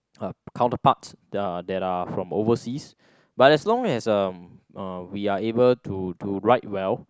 uh counterparts that are that are from overseas but as long as um uh we are able to to write well